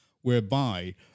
whereby